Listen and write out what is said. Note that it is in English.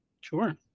Sure